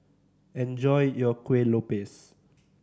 enjoy your Kueh Lopes